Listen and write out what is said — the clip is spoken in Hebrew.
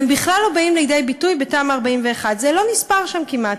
והם בכלל לא באים לידי ביטוי בתמ"א 41. זה לא נספר שם כמעט,